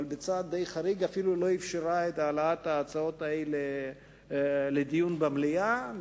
אפילו לא אפשרה את העלאת הצעות אלה לדיון במליאה,